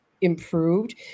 improved